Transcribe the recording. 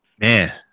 Man